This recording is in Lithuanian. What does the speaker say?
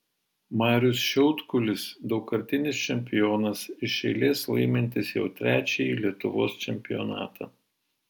marius šiaudkulis daugkartinis čempionas iš eilės laimintis jau trečiąjį lietuvos čempionatą